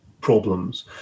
problems